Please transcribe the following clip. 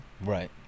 right